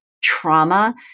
trauma